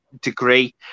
degree